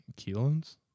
Keelan's